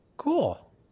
Cool